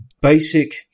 basic